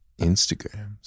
Instagrams